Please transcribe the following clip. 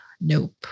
Nope